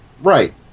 Right